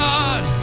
God